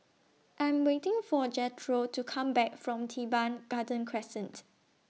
I Am waiting For Jethro to Come Back from Teban Garden Crescent